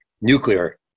nuclear